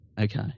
Okay